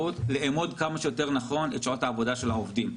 אפשרות לאמוד כמה שיותר נכון את שעות העבודה של העובדים.